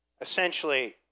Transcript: essentially